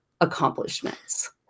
accomplishments